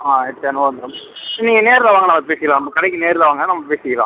ஆ ஆயிரத்தி அறநூறுபா வந்துடும் நீங்கள் நேரில் வாங்க நம்ம பேசிக்கலாம் நம்ம கடைக்கு நேரில் வாங்க நம்ம பேசிக்கலாம்